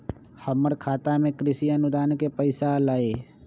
हमर खाता में कृषि अनुदान के पैसा अलई?